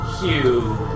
Hugh